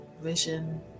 vision